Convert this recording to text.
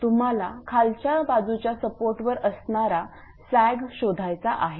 तर तुम्हाला खालच्या बाजूच्या सपोर्टवर असणारा सॅग शोधायचा आहे